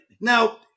now